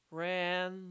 ran